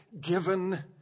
given